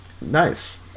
nice